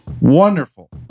wonderful